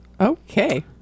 Okay